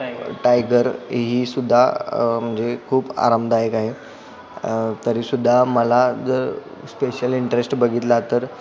tiger tiger ही सुुद्धा म्हणजे खूप आरामदायक आहे तरीसुद्धा मला जर स्पेशल इंटरेस्ट बघितला तर